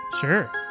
Sure